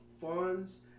funds